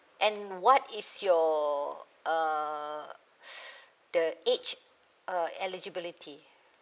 and what is your err the age uh eligibility